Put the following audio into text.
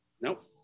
Nope